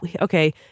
okay